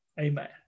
Amen